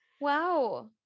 wow